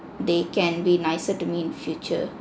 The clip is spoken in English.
they can be nicer to me in future